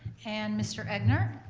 and mr. egnor.